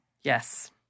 Yes